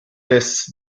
tests